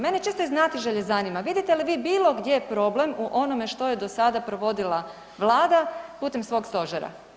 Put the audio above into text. Mene čisto iz znatiželje zanima, vidite li vi bilo gdje problem u onome što je do sada provodila vlada putem svog stožera?